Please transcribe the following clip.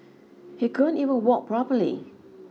he couldn't even walk properly